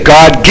God